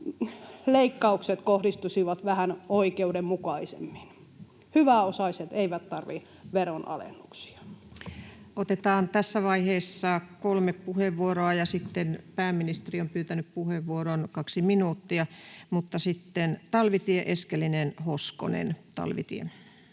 leikkaukset kohdistuisivat vähän oikeudenmukaisemmin. Hyväosaiset eivät tarvitse veronalennuksia. Otetaan tässä vaiheessa kolme puheenvuoroa, ja sitten pääministeri on pyytänyt puheenvuoron, kaksi minuuttia. Mutta ensin Talvitie, Eskelinen ja Hoskonen.